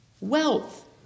Wealth